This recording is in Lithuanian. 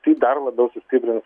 tai dar labiau sustiprins